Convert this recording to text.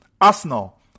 Arsenal